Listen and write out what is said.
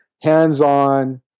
hands-on